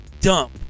dump